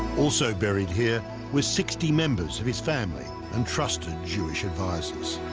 also buried here were sixty members of his family and trusted jewish advisers